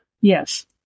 Yes